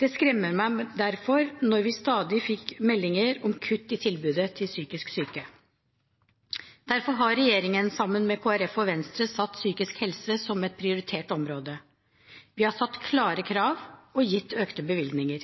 Det skremmer meg derfor når vi stadig fikk meldinger om kutt i tilbudet til psykisk syke. Derfor har regjeringen, sammen med Kristelig Folkeparti og Venstre, satt psykisk helse som et prioritert område. Vi har satt klare krav og gitt økte bevilgninger.